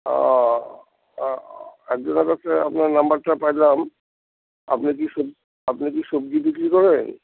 ও ও একজনের কাছে আপনার নাম্বারটা পেলাম আপনি কি সব আপনি কি সবজি বিক্রি করেন